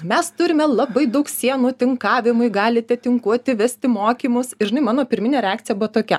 mes turime labai daug sienų tinkavimui galite tinkuoti vesti mokymus ir žinai mano pirminė reakcija buvo tokia